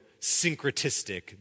syncretistic